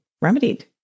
remedied